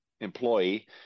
employee